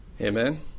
Amen